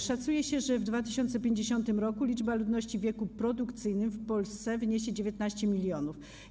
Szacuje się, że w 2050 r. liczba ludności w wieku produkcyjnym w Polsce wyniesie 19 mln.